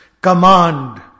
command